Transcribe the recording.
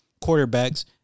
quarterbacks